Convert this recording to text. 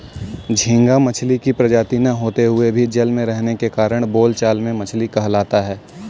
झींगा मछली की प्रजाति न होते हुए भी जल में रहने के कारण बोलचाल में मछली कहलाता है